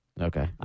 Okay